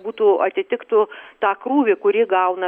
kad būtų atitiktų tą krūvį kurį gauna